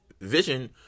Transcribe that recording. vision